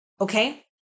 Okay